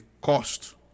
cost